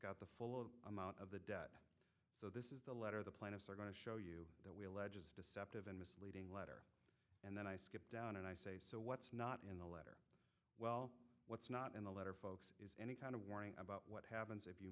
got the full amount of the debt this is the letter the plaintiffs are going to show you that we allege is deceptive and misleading letter and then i skip down and i say so what's not in the letter well what's not in the letter folks is any kind of warning about what happens if you